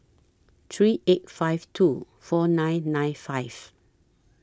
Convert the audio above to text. three eight five two four nine nine five